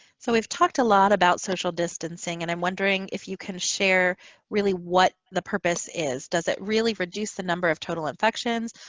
so we've talked a lot about social distancing, and i'm wondering if you can share really what the purpose is. does it really reduce the number of total infections,